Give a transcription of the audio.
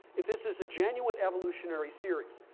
if this is a genuine evolutionary series,